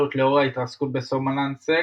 פופולריות לאור ההתרסקות בסמולנסק